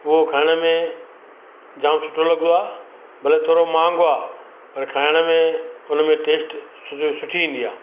उहो खाइण में जाम सुठो लगंदो आहे भले थोरो माहांगो आहे पर खाइण में उनमें टेस्ट सुठ्स सुठी ईंदी आहे